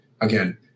again